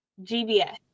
GBS